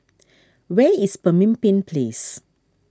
where is Pemimpin Place